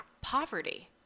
poverty